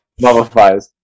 mummifies